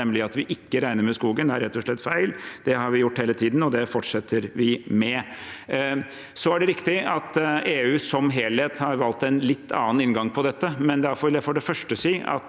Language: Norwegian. nemlig at vi ikke regner med skogen, er rett og slett feil. Det har vi gjort hele tiden, og det fortsetter vi med. Så er det riktig at EU som helhet har valgt en litt annen inngang til dette. Da vil jeg for det første si at